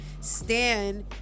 Stan